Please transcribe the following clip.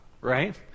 right